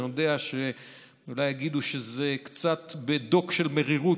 אני יודע שאולי יגידו שזה קצת בדוק של מרירות,